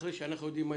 אחרי שאנחנו יודעים מהי